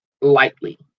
lightly